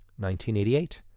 1988